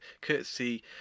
courtesy